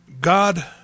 God